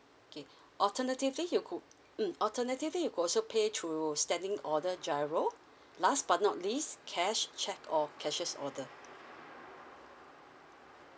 okay alternatively you could mm alternatively you could also pay through standing order giro last but not least cash cheque or cashier's order